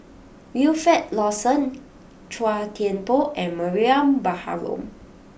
Wilfed Lawson Chua Thian Poh and Mariam Baharom